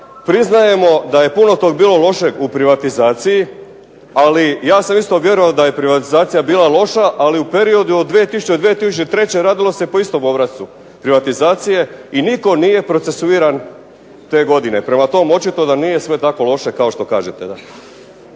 priznajemo da je puno tog bilo lošeg u privatizaciji. Ali ja sam isto vjerovao da je privatizacija bila loša. Ali u periodu od 2000. do 2003. radilo se po istom obrascu privatizacije i nitko nije procesuiran te godine. Prema tom, očito da nije sve tako loše kao što kažete,